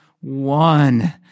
one